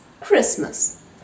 Christmas